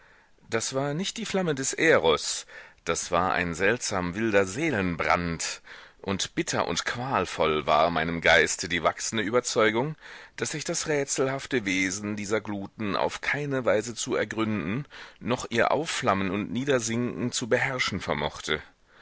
das war nicht die flamme des eros das war ein seltsam wilder seelenbrand und bitter und qualvoll war meinem geist die wachsende überzeugung daß ich das rätselhafte wesen dieser gluten auf keine weise zu ergründen noch ihr aufflammen und niedersinken zu beherrschen vermochte